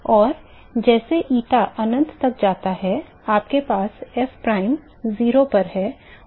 और जैसे ईटा अनंत तक जाता है आपके पास fprime 0 पर है और t star 0 पर है